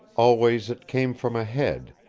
always it came from ahead,